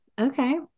Okay